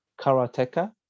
karateka